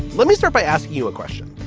let me start by asking you a question.